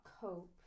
cope